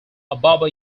ababa